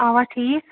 اَوا ٹھیٖک